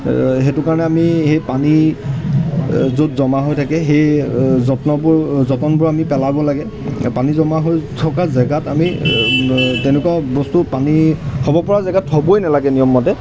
সেইটো কাৰণে আমি সেই পানী য'ত জমা হৈ থাকে সেই যত্নবোৰ যতনবোৰ আমি পেলাব লাগে পানী জমা হৈ থকা জেগাত আমি তেনেকুৱা বস্তু পানী হ'ব পৰা জেগাত হ'বই নেলাগে নিয়মমতে